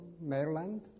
Maryland